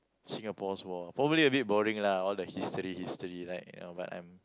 Singapore's war probably a bit boring lah all the history history like uh but I'm